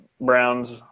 Browns